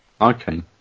Okay